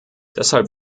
deshalb